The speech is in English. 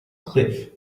cliff